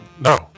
No